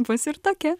bus ir tokia